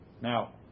now